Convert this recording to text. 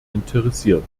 interessiert